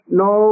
no